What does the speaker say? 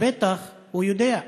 אז בטח הוא יודע.